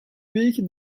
week